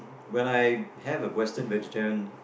when I have a western vegetarian